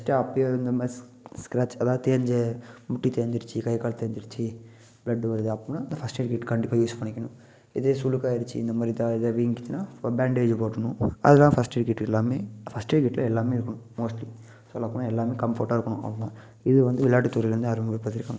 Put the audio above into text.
first அப்போயே இந்த மாரி ஸ்கிராச் அதாவது தேஞ்ச முட்டி தேஞ்சிருச்சு கைகால் தேஞ்சிருச்சு பிளட் வருது அப்புனா இந்த ஃபர்ஸ்டு எயிட் கிட் கண்டிப்பாக யூஸ் பண்ணிக்கணும் இதே சுலுக்காயிருச்சு இந்த மாரி தான் எதா வீங்கிருச்சுனா அப்போ பேன்டேஜ் போட்டுருணும் அது தான் ஃபர்ஸ்ட் எயிட் கிட் எல்லாமே ஃபர்ஸ்ட் எயிட் கிட்டில எல்லாமே இருக்கும் மோஸ்ட்லி சொல்லப்போனால் எல்லாமே கம்போர்டாக இருக்கணும் இது வந்து விளையாட்டுத்துறையில் வந்து